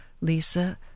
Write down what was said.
Lisa